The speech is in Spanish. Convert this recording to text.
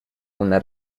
una